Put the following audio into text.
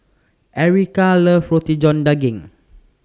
Erykah loves Roti John Daging